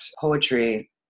poetry